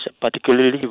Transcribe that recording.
particularly